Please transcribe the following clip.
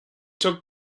took